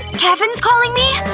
kevin's calling me?